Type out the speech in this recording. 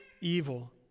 evil